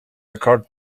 occured